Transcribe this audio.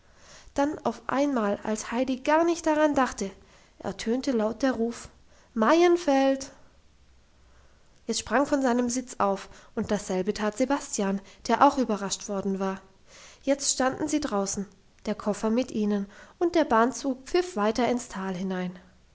dann auf einmal als heidi gar nicht daran dachte ertönte laut der ruf maienfeld es sprang von seinem sitz auf und dasselbe tat sebastian der auch überrascht worden war jetzt standen sie draußen der koffer mit ihnen und der bahnzug pfiff weiter ins tal hinein